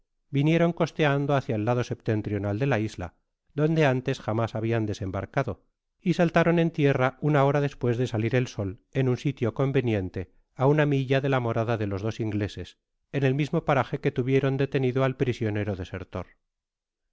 vinieron costeando hacia el lado septentrional de la isla donde antes jamás habían desembarcado y saltaron en tierra una hora despues de salir el sol en un sitio conveniente á una milla de la morada de los dos ingleses en el mismo paraje que tuvieron detenido al prisionero desertor